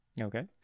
Okay